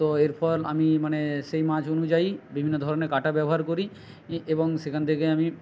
তো এরপর আমি মানে সেই মাছ অনুযায়ী বিভিন্ন ধরনের কাঁটা ব্যবহার করি এবং সেখান থেকে আমি